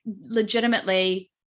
legitimately